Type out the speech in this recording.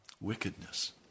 wickedness